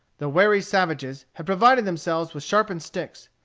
the wary savages had provided themselves with sharpened sticks.